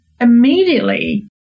immediately